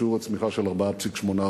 שיעור הצמיחה של 4.8%,